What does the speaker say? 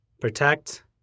Protect